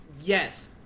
Yes